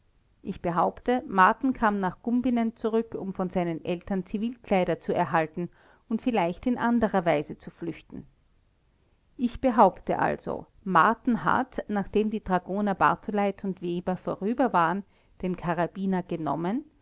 ich behaupte marten kam nach gumbinnen zurück um von seinen eltern zivilkleider zu erhalten und vielleicht in anderer weise zu flüchten ich behaupte also marten hat nachdem die dragoner bartuleit und weber vorüber waren den karabiner genommen